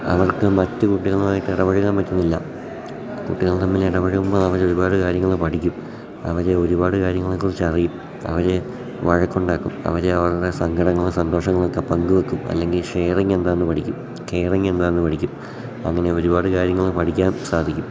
അവർക്ക് മറ്റു കുട്ടികളുമായിട്ട് ഇടപഴകാൻ പറ്റുന്നില്ല കുട്ടികൾ തമ്മിൽ ഇടപഴകുമ്പോൾ അവർ ഒരുപാട് കാര്യങ്ങൾ പഠിക്കും അവരെ ഒരുപാട് കാര്യങ്ങളെക്കുറിച്ചറിയും അവരെ വഴക്കുണ്ടാക്കും അവരെ അവരുടെ സങ്കടങ്ങളും സന്തോഷങ്ങളൊക്കെ പങ്കു വെയ്ക്കും അല്ലെങ്കിൽ ഷെയറിങ് എന്താണെന്ന് പഠിക്കും കെയറിങ് എന്താണെന്ന് പഠിക്കും അങ്ങനെ ഒരുപാട് കാര്യങ്ങൾ പഠിക്കാൻ സാധിക്കും